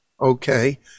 okay